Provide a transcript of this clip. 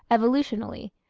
evolutionally,